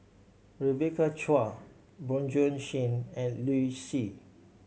Rebecca Chua Bjorn Shen and Liu Si